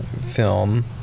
film